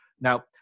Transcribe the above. Now